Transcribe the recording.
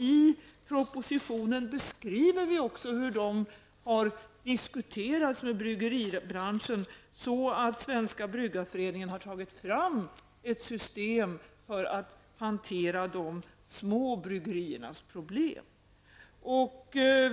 I propositionen beskriver vi också hur de har diskuterats med bryggeribranschen. Svenska bryggarföreningen har också tagit fram ett system för att hantera de små bryggeriernas problem.